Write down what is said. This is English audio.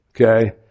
okay